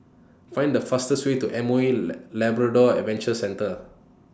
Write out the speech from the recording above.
Find The fastest Way to M O E Labrador Adventure Centre